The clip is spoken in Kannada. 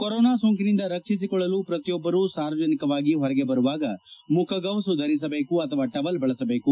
ಕೊರೊನಾ ಸೋಂಕಿನಿಂದ ರಕ್ಷಿಸಿಕೊಳ್ಳಲು ಪ್ರತಿಯೊಬ್ಬರೂ ಸಾರ್ವಜನಿಕವಾಗಿ ಹೊರಗೆ ಬರುವಾಗ ಮುಖಗವಸು ಧರಿಸಬೇಕು ಅಥವಾ ಟವಲ್ ಬಳಸಬೇಕು